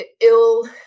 ill